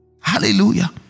Hallelujah